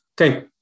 okay